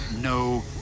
no